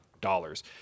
dollars